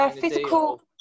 physical